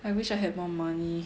I wish I had more money